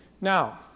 Now